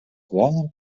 главным